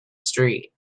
street